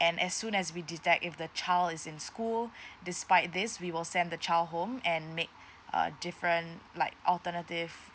and as soon as we detect if the child is in school despite this we will send the child home and make a different like alternative